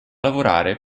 lavorare